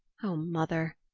oh, mother,